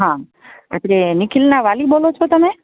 હાં એટલે નિખિલના વાલી બોલો છો તમે